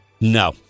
No